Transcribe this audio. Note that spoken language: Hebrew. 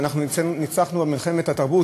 ואנחנו ניצחנו במלחמת התרבות,